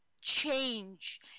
change